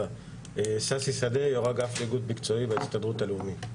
ששי שדה יו"ר אגף איגוד מקצועי בהסתדרות הלאומית.